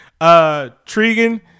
Trigan